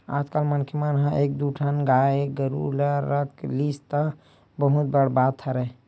आजकल मनखे मन ह एक दू ठन गाय गरुवा रख लिस त बहुत बड़ बात हरय